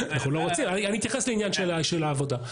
אני אתייחס לעניין של העבודה.